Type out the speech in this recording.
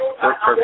perfect